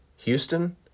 Houston